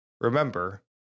Remember